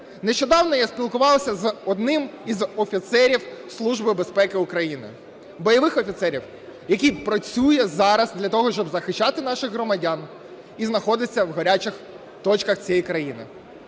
Нещодавно я спілкувався з одним із офіцерів Служби безпеки України, бойових офіцерів, які працюють зараз для того щоб захищати наших громадян і знаходяться в гарячих точках цієї країни.